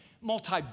multi